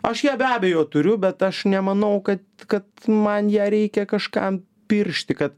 aš ją be abejo turiu bet aš nemanau kad kad man ją reikia kažkam piršti kad